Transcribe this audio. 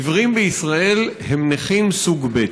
עיוורים בישראל הם נכים סוג ב'